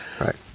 Right